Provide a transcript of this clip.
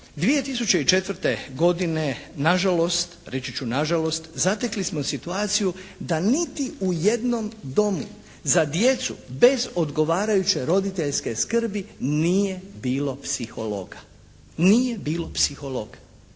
2004. godine na žalost, reći ću na žalost, zatekli smo situaciju da u niti jednom domu za djecu bez odgovarajuće roditeljske skrbi nije bilo psihologa, nije bilo psihologa.